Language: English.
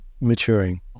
maturing